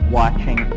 watching